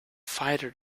fighter